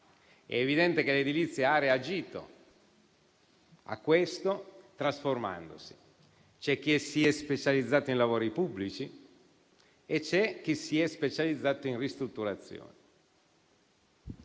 È evidente che l'edilizia ha reagito a questo trasformandosi. C'è che si è specializzato nei lavori pubblici e c'è chi si è specializzato in ristrutturazioni.